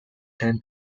then